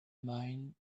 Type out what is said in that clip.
mind